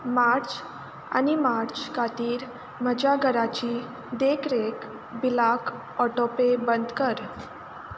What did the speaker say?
मार्च आनी मार्च खातीर म्हज्या घराची देखरेख बिलाक ऑटोपे बंद कर